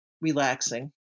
relaxing